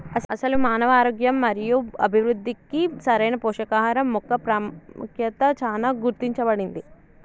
అసలు మానవ ఆరోగ్యం మరియు అభివృద్ధికి సరైన పోషకాహరం మొక్క పాముఖ్యత చానా గుర్తించబడింది